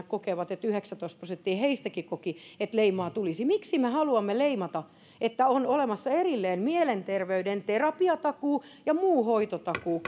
yhdeksäntoista prosenttia koki että leimaa tulisi miksi me haluamme leimata että on olemassa erillinen mielenterveyden terapiatakuu ja muu hoitotakuu